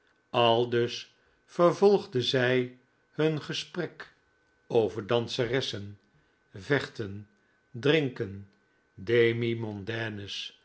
aldus vervolgden zij hun gesprek over danseressen vechten drinken